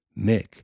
Mick